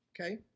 Okay